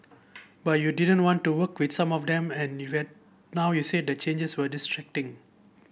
but you didn't want to work with some of them and even now you said that the changes were distracting